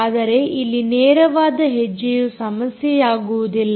ಆದರೆ ಇಲ್ಲಿ ನೇರವಾದ ಹೆಜ್ಜೆಯ ಸಮಸ್ಯೆಯಾಗುವುದಿಲ್ಲ